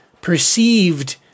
perceived